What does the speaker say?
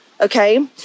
okay